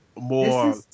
more